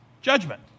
judgment